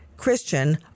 Christian